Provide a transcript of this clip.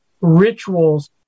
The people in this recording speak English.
rituals